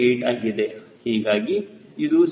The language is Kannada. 8 ಆಗಿದೆ ಹೀಗಾಗಿ ಅದು 0